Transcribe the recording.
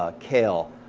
ah kale,